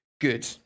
good